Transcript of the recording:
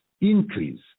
increase